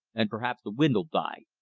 and perhaps the wind'll die.